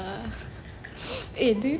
eh do you